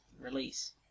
release